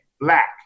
black